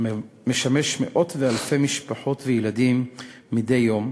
המשמש מאות ואלפי משפחות וילדים מדי יום,